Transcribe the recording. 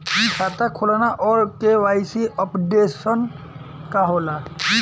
खाता खोलना और के.वाइ.सी अपडेशन का होला?